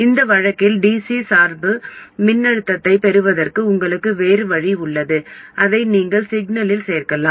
இந்த வழக்கில் dc சார்பு மின்னழுத்தத்தைப் பெறுவதற்கு உங்களுக்கு வேறு வழி உள்ளது அதை நீங்கள் சிக்னலில் சேர்க்கலாம்